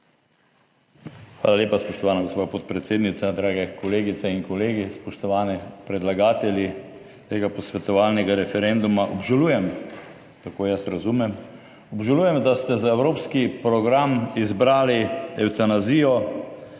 Hvala lepa, spoštovana gospa podpredsednica. Dragi kolegice in kolegi, spoštovani predlagatelji tega posvetovalnega referenduma! Obžalujem, tako jaz razumem, obžalujem, da ste za evropski program izbrali evtanazijo,